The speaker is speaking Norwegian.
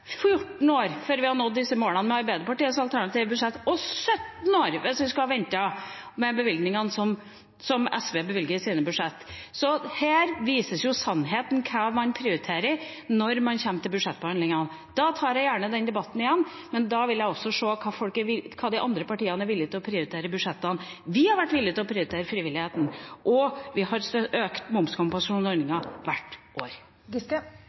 14 år før vi hadde nådd disse målene med Arbeiderpartiets alternative budsjett, og 17 år med det som SV bevilget i sine budsjett. Der vises sannheten om hva man prioriterer, når man kommer til budsjettbehandlingene. Da tar jeg gjerne den debatten igjen, men da vil jeg også se hva de andre partiene er villige til å prioritere i budsjettene. Vi har vært villige til å prioritere frivillighet, og vi har økt momskompensasjonsordningen hvert